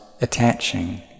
attaching